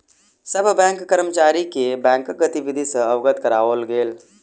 सभ बैंक कर्मचारी के बैंकक गतिविधि सॅ अवगत कराओल गेल